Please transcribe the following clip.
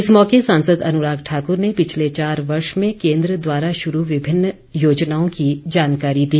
इस मौके सांसद अनुराग ठाकुर ने पिछले चार वर्षों में केन्द्र द्वारा शुरू विभिन्न योजनाओं की जानकारी दी